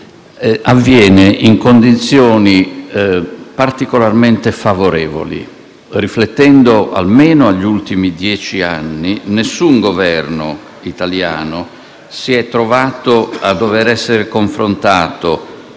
manovra in condizioni particolarmente favorevoli. Guardando almeno gli ultimi dieci anni, nessun Governo italiano si è trovato a dover essere confrontato